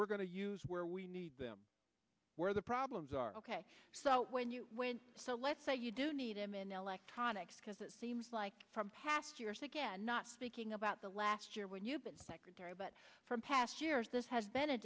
we're going to use where we need them where the problems are ok so when you when so let's say you do need them in electronics because it seems like from past years again not speaking about the last year when you've been secretary but from past years this has been a